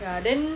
ya then